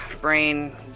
brain